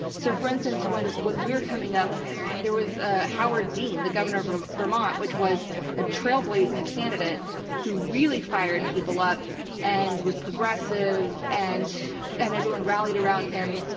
so for instance when when we were coming up there was ah howard dean, the governor of vermont which was a trailblazing candidate who really fired people up and was progressive and and everyone rallied around him.